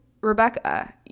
Rebecca